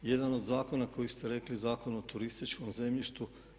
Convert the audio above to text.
Jedan od zakona koji ste rekli, Zakon o turističkom zemljištu.